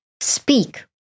speak